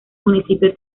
municipio